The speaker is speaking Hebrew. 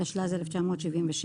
התשל"ז-1977,